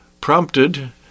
prompted